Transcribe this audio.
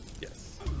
Yes